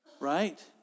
right